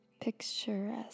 picturesque